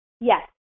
Yes